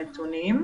בנתונים.